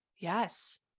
Yes